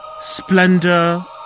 splendor